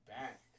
back